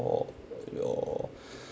your your